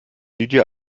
lydia